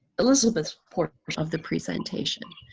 elizabeth. of the presentation.